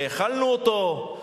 האכלנו אותו,